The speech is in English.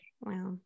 Wow